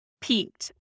peaked